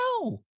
No